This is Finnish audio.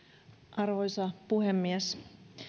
arvoisa puhemies